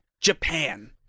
Japan